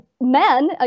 men